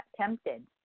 tempted